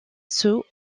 sous